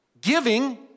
giving